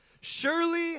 Surely